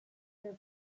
are